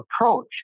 approach